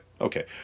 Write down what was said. okay